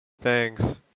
thanks